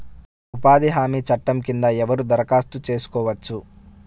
ఉపాధి హామీ చట్టం కింద ఎవరు దరఖాస్తు చేసుకోవచ్చు?